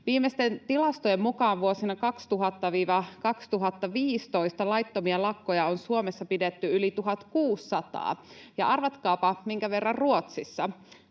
Viimeisten tilastojen mukaan vuosina 2000—2015 laittomia lakkoja on Suomessa pidetty yli 1 600, ja arvatkaapa, minkä verran Ruotsissa